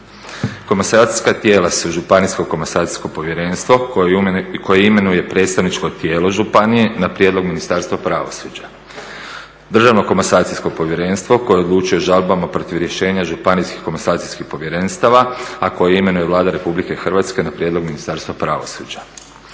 Komasacijska tijela su Županijsko komasacijsko povjerenstvo koje imenuje predstavničko tijelo županije na prijedlog Ministarstva pravosuđa. Državno komasacijsko povjerenstvo koje odlučuje o žalbama protiv rješenja Županijskih komasacijskih povjerenstva a koje imenuje Vlada Republike Hrvatske na prijedlog Ministarstva pravosuđa.